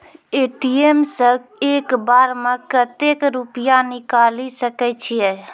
ATM सऽ एक बार म कत्तेक रुपिया निकालि सकै छियै?